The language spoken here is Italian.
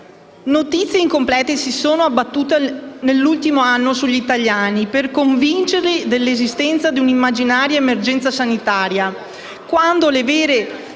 Notizie incomplete si sono abbattute nell'ultimo anno sugli italiani per convincerli dell'esistenza di immaginarie emergenze sanitarie,